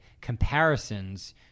comparisons